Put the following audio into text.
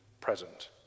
present